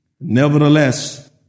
Nevertheless